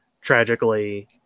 tragically